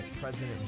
President